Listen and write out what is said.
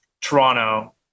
Toronto